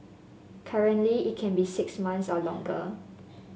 currently it can be six months or longer